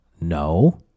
No